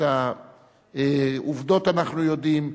את העובדות אנחנו יודעים,